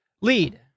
lead